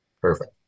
Perfect